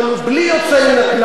למען שוויון לקהילה הגאה,